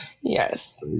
Yes